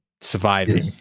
surviving